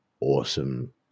awesome